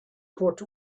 put